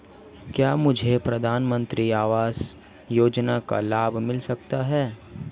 क्या मुझे प्रधानमंत्री आवास योजना का लाभ मिल सकता है?